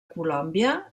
colòmbia